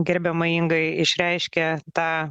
gerbiamai ingai išreiškė tą